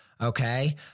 okay